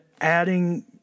Adding